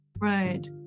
Right